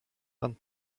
pan